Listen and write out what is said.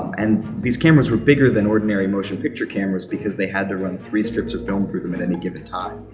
and these cameras were bigger than ordinary motion picture cameras because they had to run three strips of film through them at any given time.